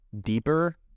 deeper